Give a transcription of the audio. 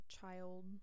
child